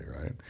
right